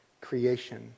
creation